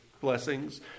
blessings